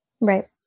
Right